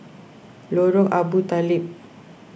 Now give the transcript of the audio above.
Lorong Abu Talib